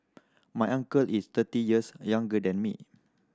my uncle is thirty years younger than me